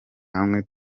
hamwe